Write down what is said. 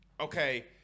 okay